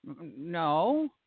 No